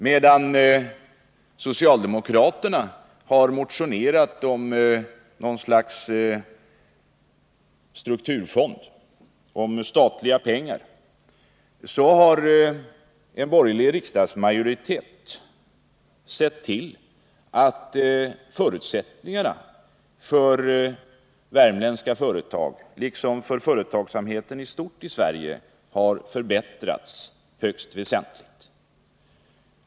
Medan socialdemokraterna har motionerat om något slags strukturfond, om statliga pengar, så har en borgerlig riksdagsmajoritet sett till att förutsättningarna för värmländska företag liksom för företagsamheten i stort i Sverige har förbättrats högst väsentligt.